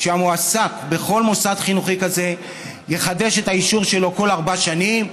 שהמועסק בכל מוסד חינוכי כזה יחדש את האישור שלו בכל ארבע שנים,